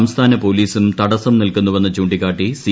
സംസ്ഥാന പൊലീസും തടസ്സം നിൽക്കുന്നുവെന്ന് ചൂണ്ടിക്കാട്ടി സി